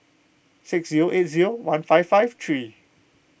six zero eight zero one five five three